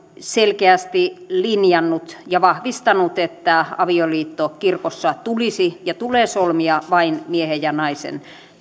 selkeästi linjannut ja vahvistanut että avioliitto kirkossa tulisi ja tulee solmia vain miehen ja naisen